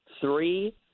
Three